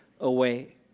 away